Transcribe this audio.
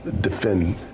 defend